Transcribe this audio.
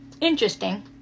interesting